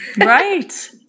Right